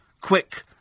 quick